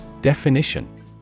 Definition